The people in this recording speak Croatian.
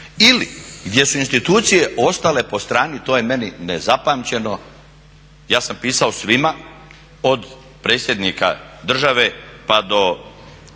Ili, gdje su institucije ostale po strani to je meni nezapamćeno. Ja sam pisao svima od predsjednika države pa do